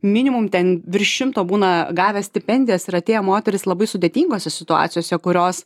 minimum ten virš šimto būna gavę stipendijas ir atėję moterys labai sudėtingose situacijose kurios